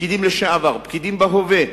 פקידים לשעבר ופקידים בהווה,